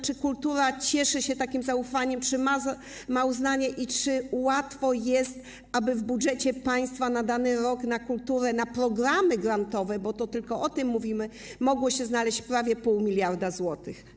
Czy kultura cieszy się zaufaniem, czy ma uznanie i czy jest łatwo, aby w budżecie państwa na dany rok na kulturę, na programy grantowe, bo tylko o tym mówimy, mogło się znaleźć prawie pół miliarda zł?